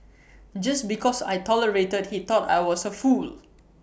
just because I tolerated he thought I was A fool